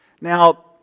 Now